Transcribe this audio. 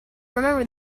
remember